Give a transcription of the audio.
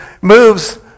moves